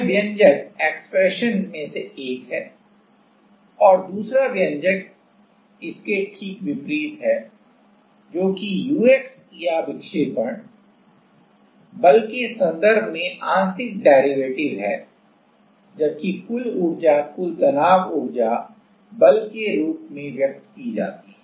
तो यह व्यंजक में से एक है और दूसरा व्यंजक इसके ठीक विपरीत है जो कि ux या विक्षेपण बल के संदर्भ में आंशिक डेरिवेटिव partial derivative है जबकि कुल ऊर्जा कुल तनाव ऊर्जा बल के रूप में व्यक्त की जाती है